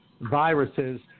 viruses